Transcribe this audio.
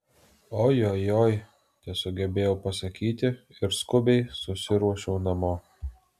ojojoi tesugebėjau pasakyti ir skubiai susiruošiau namo